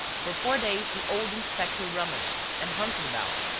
for four days the old inspector rummaged and hunted about,